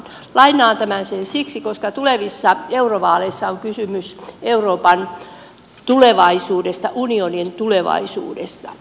lainaan tämän siksi koska tulevissa eurovaaleissa on kysymys euroopan tulevaisuudesta unionin tulevaisuudesta